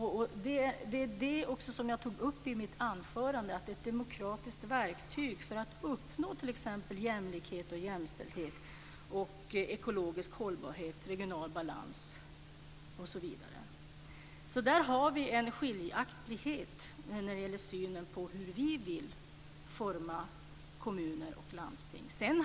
Det tog jag också upp i mitt anförande. Det är ett demokratiskt verktyg för att uppnå t.ex. jämlikhet, jämställdhet, ekologisk hållbarhet, regional balans osv. Där har vi alltså en skiljaktighet i synen på hur kommuner och landsting ska formas.